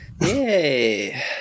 Yay